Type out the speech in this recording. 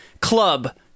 club